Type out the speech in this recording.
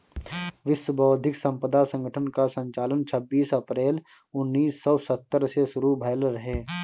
विश्व बौद्धिक संपदा संगठन कअ संचालन छबीस अप्रैल उन्नीस सौ सत्तर से शुरू भयल रहे